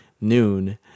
noon